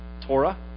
Torah